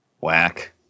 Whack